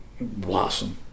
blossom